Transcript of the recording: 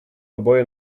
oboje